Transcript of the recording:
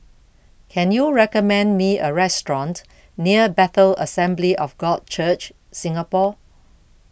can you recommend me a restaurant near Bethel Assembly of God Church Singapore